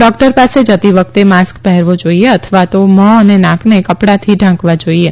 doctor પાસે જતી વખતે માસ્ક પહેરવો જોઈએ અથવા તો મ્ફો અને નાકને કપડાથી ઢાંકવા જોઈએ